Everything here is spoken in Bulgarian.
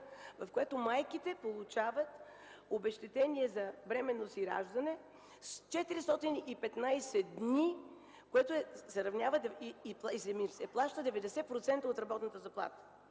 в която майките получават обезщетение за бременност и раждане 415 дни и им се плаща 90% от работната заплата!